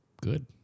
good